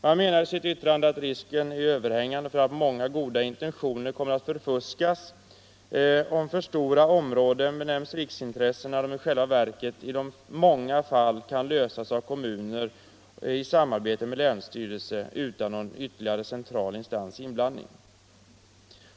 Man framhåller att risken är överhängande för att många goda intentioner kommer att förfuskas om för stora områden benämns riksintressen när frågorna i själva verket i många fall kan lösas av kommuner och länsstyrelse i samverkan utan inblandning från någon central instans.